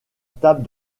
table